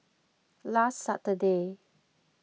last Saturday